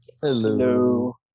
Hello